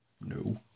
No